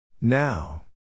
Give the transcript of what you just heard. now